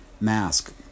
mask